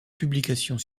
publications